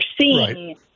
seeing